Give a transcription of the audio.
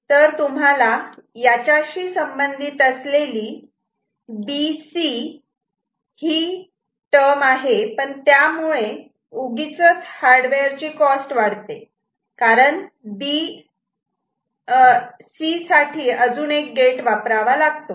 तर तुम्हाला याच्याशी संबंधित असलेली B C ही टर्म आहे पण त्यामुळे उगीचच हार्डवेअरची कॉस्ट वाढते कारण B C साठी अजून एक गेट वापरावा लागतो